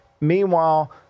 Meanwhile